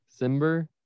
Simber